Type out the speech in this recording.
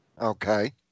Okay